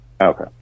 okay